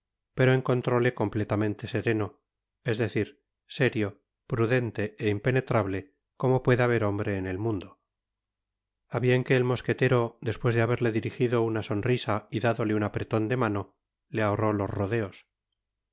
pero encontróle completamente sereno es decir serio prudente é impenetrable como pueda haber hombre en el mundo a bien que el mosquetero despues de haberle dirijido una sonrisa y dádole un apreton de mano le ahorró los rodeos